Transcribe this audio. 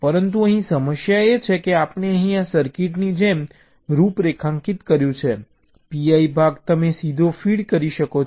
પરંતુ અહીં સમસ્યા એ છે કે આપણે અહીં આ સર્કિટની જેમ રૂપરેખાંકિત કર્યું છે PI ભાગ તમે સીધો ફીડ કરી શકો છો